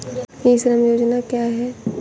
ई श्रम योजना क्या है?